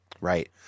Right